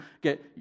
get